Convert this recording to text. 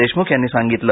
देशमुख यांनी सांगितले